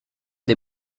des